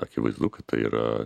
akivaizdu kad tai yra